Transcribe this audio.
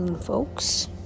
Folks